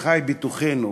שחי בתוכנו,